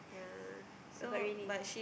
yeah but really